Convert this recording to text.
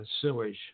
sewage